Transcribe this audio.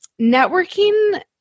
Networking